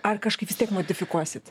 ar kažkaip vis tiek modifikuosit